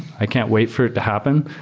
i can't wait for it to happen.